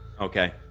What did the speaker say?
Okay